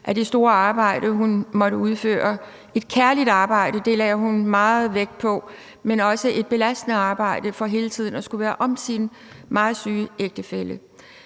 af det store arbejde, hun måtte udføre – et kærligt arbejde, det lagde hun meget vægt på, men også et belastende arbejde for hele tiden at skulle være om sin meget syge ægtefælle.